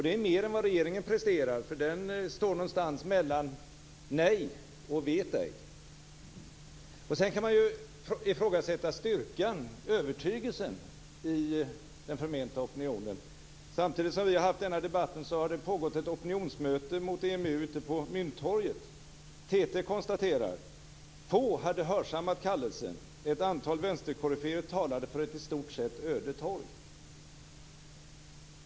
Det är mer än vad regeringen presterar, därför att den står någonstans mellan nej och vet ej. Sedan kan man ifrågasätta styrkan och övertygelsen i den förmenta opinionen. Samtidigt som vi har haft denna debatt har det pågått ett opinionsmöte mot EMU på Mynttorget. TT konstaterar: Få hade hörsammat kallelsen. Ett antal vänsterkoryféer talade för ett i stort sett öde torg.